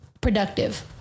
productive